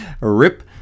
rip